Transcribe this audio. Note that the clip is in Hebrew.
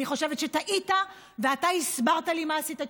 אני חושבת שטעית, ואתה הסברת לי מה עשית איתו.